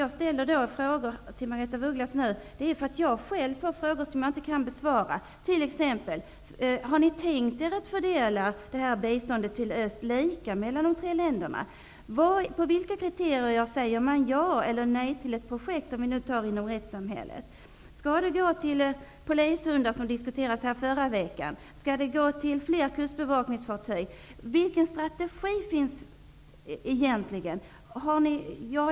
Jag ställde min fråga till Mararetha af ugglas, därför att jag själv får frågor som jag inte kan besvara, t.ex.: Har man tänkt att fördela östbiståndet lika mellan de tre länderna? Efter vilket kriterium säger man ja eller nej till ett projekt t.ex. på rättsområdet? Skall pengarna gå till polishundar, som det diskuterades om här förra veckan? Skall pengarna gå till fler kustbevakningsfartyg? Vilken strategi har man egentligen?